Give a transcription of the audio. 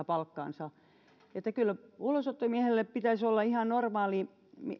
palkkaansa eli kyllä ulosottomiehellä pitäisi olla ihan normaali